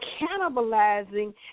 cannibalizing